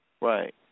Right